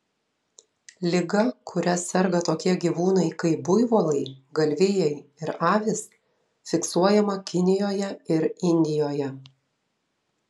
liga kuria serga tokie gyvūnai kaip buivolai galvijai ir avys fiksuojama kinijoje ir indijoje